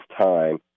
time